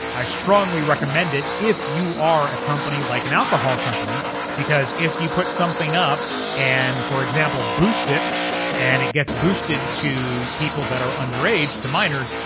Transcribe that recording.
i strongly recommend it if you are a company like an alcohol company because if you put something up and for example, boost it and it gets boosted to people that are under age, to minors,